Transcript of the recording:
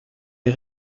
les